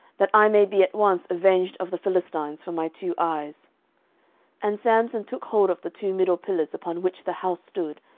that i may be at once avenged of the philistines for my two eyes and samson took hold of the two middle pillars upon which the house stood,